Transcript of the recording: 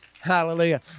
Hallelujah